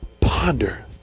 Ponder